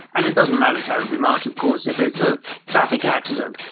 and it doesn't matter terribly much of course if it's a traffic accident.